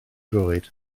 droed